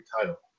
title